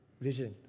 vision